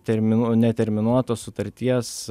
terminų neterminuotos sutarties